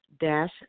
dash